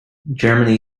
germany